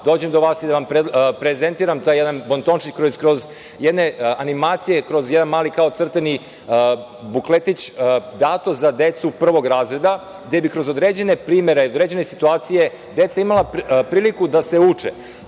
dođem do vas i da vam prezentujem jedan bontončić, kroz jednu animaciju, kroz jedan mali crtani bukletić, dato za decu prvog razreda gde bi kroz određene primere, određene situacije deca imala priliku da se uče.